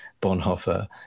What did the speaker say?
bonhoeffer